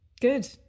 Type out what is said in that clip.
good